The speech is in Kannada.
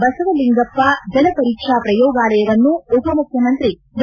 ಬಸವಲಿಂಗಪ್ಪ ಜಲಪರೀಕ್ಷಾ ಪ್ರಯೋಗಾಲಯವನ್ನು ಉಪಮುಖ್ಯಮಂತ್ರಿ ಡಾ